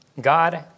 God